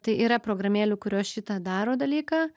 tai yra programėlių kurios šitą daro dalyką